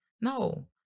no